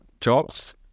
jobs